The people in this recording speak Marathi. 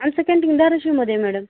आमचं कँटीन धाराशिवमध्ये आहे मॅडम